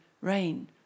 rain